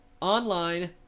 online